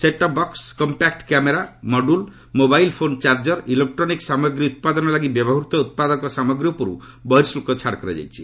set-top box compact camera module mobile phone charger electronic ସାମଗ୍ରୀ ଉତ୍ପାଦନ ଲାଗି ବ୍ୟବହୃତ ଉତ୍ପାଦକ ସାମଗ୍ରୀ ଉପର୍ ବହିର୍ଶୁଲ୍କକୁ ଛାଡ଼ କରାଯାଇଛି